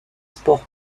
spores